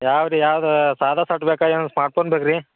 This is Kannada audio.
ಯಾವ ರೀ ಯಾವ್ದು ಸಾದ ಸಟ್ ಬೇಕಾ ಏನು ಸ್ಮಾರ್ಟ್ಫೋನ್ ಬೇಕು ರೀ